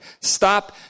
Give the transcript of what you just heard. Stop